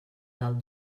del